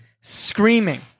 Screaming